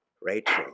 Rachel